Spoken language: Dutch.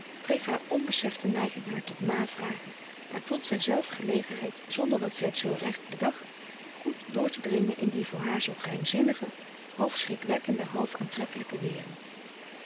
dreef haar onbesefte neiging haar tot navragen en vond zij zelf gelegenheid zonder dat zij t zoo recht bedacht goed dr te dringen in die voor haar zoo geheimzinnige half schrikwekkende half aantrekkelijke wereld